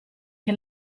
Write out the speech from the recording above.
che